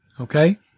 Okay